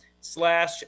slash